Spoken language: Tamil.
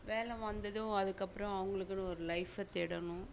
வேலை வந்ததும் அதுக்கப்றம் அவங்களுக்குனு ஒரு லைஃப்பை தேடணும்